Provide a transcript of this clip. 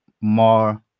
more